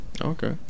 okay